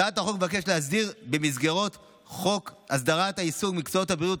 הצעת החוק מבקשת להסדיר במסגרת חוק הסדרת העיסוק במקצועות הבריאות,